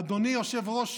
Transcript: אדוני יושב-ראש